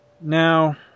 Now